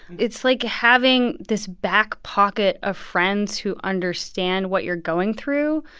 it's like having this back pocket of friends who understand what you're going through.